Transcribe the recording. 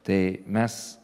tai mes